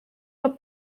los